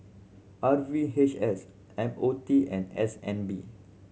R V H S M O T and S N B